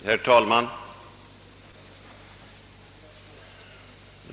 Herr talman!